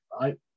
right